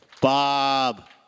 Bob